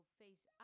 face